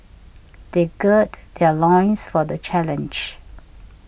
they gird their loins for the challenge